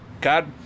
God